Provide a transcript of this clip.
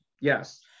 yes